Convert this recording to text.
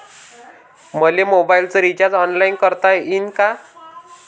मले मोबाईलच recharge online करता येईन का?